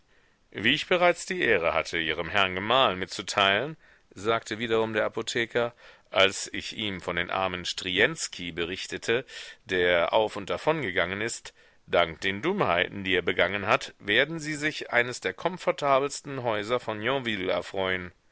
wie ich bereits die ehre hatte ihrem herrn gemahl mitzuteilen sagte wiederum der apotheker als ich ihm von dem armen stryienski berichtete der auf und davon gegangen ist dank den dummheiten die der begangen hat werden sie sich eines der komfortabelsten häuser von yonville erfreuen